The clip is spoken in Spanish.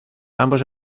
ambos